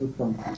עוד פעם,